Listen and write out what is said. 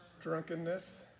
Drunkenness